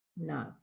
No